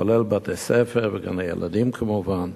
כולל בתי-ספר וגני-ילדים, כמובן.